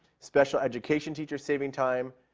special education teacher saving time,